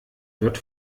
wird